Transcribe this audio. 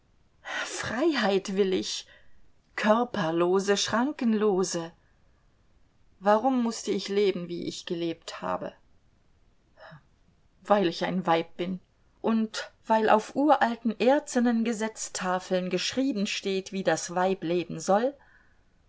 freiheit will ich körperlose schrankenlose warum mußte ich leben wie ich gelebt habt weil ich ein weib bin und weil auf uralten erzenen gesetztafeln geschrieben steht wie das weib leben soll